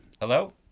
Hello